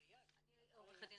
אני עורכת דין